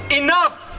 enough